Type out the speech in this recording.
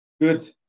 good